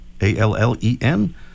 A-L-L-E-N